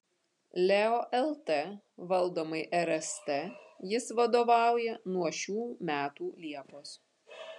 leo lt valdomai rst jis vadovauja nuo šių metų liepos